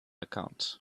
account